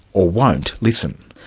or won't, listen.